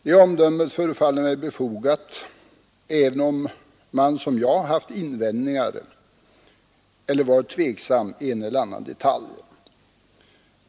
Detta omdöme förefaller mig befogat även om man som jag haft invändningar eller varit direkt tveksam i vissa punkter.